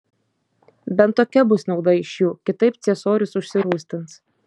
bent tokia bus nauda iš jų kitaip ciesorius užsirūstins